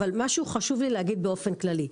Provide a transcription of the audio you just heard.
אבל משהו חשוב לי להגיד באופן כללי.